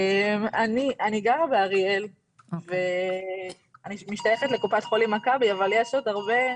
אני גרה באריאל ואני משתייכת לקופת החולים מכבי אבל יש עוד הרבה,